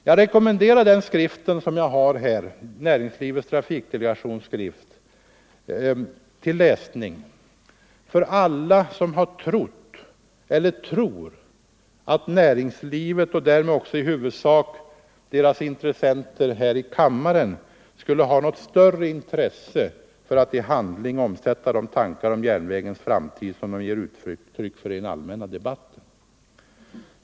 Jag rekommenderar den skriften, som jag har här — Näringslivets trafikdelegations skrift, alltså — till läsning för alla som trott eller tror att näringslivet och därmed också i huvudsak deras intressenter här i kammaren skulle ha något större intresse för att i handling omsätta de tankar om järnvägens framtid som man från det hållet ger uttryck för i den allmänna trafikdebatten.